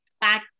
back